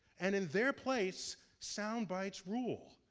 and in their place, sound bites rule.